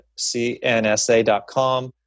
cnsa.com